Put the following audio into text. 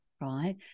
right